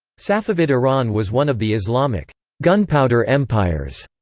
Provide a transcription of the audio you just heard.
safavid iran was one of the islamic gunpowder empires,